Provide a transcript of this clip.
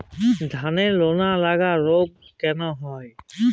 ধানের লোনা লাগা রোগ কেন হয়?